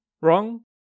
wrong